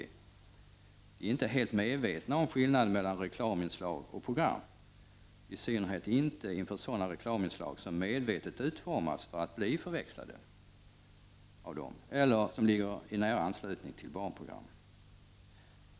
De är inte helt medvetna om skillnaden mellan reklaminslag och program, i synnerhet inte inför sådana reklaminslag som medvetet utformas för att bli förväxlade med eller ligger i nära anslutning till barnprogram.